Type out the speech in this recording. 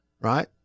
right